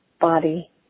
body